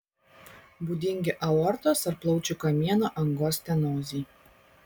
būdingi aortos ar plaučių kamieno angos stenozei